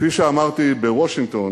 כפי שאמרתי בוושינגטון,